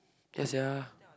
ya !sia!